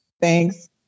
Thanks